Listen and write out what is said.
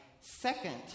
second